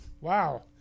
Wow